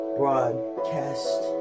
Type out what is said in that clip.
broadcast